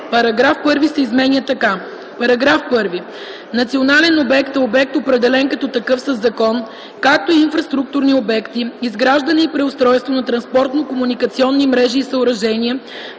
Параграф 1 се изменя така: „§ 1. „Национален обект” е обект, определен като такъв със закон, както и инфраструктурни обекти: изграждане и преустройство на транспортно-комуникационни мрежи и съоръжения